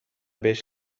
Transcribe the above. بهش